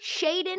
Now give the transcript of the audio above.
Shaden